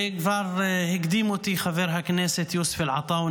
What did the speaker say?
וכבר הקדים אותי חבר הכנסת יוסף עטאונה